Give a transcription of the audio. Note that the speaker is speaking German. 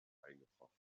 eingebracht